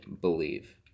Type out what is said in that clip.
believe